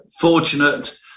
fortunate